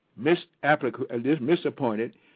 misappointed